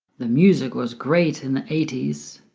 the music was great in the eighties.